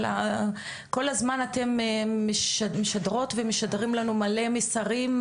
כל הזמן אתן משדרות ומשדרים לנו מלא מסרים,